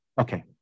okay